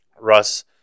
Russ